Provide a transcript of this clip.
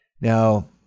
Now